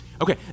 okay